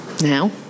Now